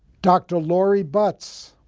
dr. lori butts